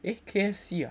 eh K_F_C ah